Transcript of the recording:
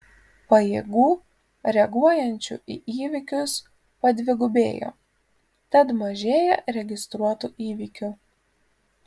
pajėgų reaguojančių į įvykius padvigubėjo tad mažėja registruotų įvykių